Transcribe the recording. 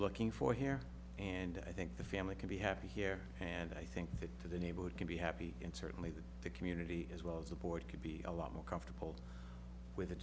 looking for here and i think the family can be happy here and i think that to the neighborhood can be happy and certainly that the community as well as the board could be a lot more comfortable with